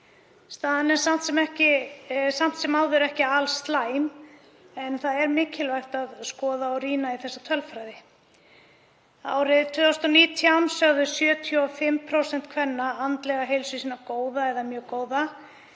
Staðan er samt sem áður ekki alslæm en það er mikilvægt að skoða og rýna í þessa tölfræði. Árið 2019 sögðu 75% kvenna andlega heilsu sína góða eða mjög góða